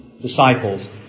disciples